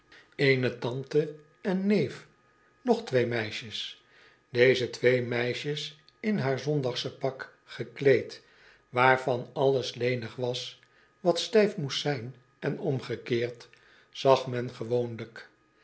tante en neef nog twee meisjes deze twee meisjes in haar zondagspak gekleed waarvan alles lenig was wat stijf moest zijn en omgekeerd zag men gewoonlijk